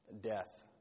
death